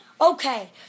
Okay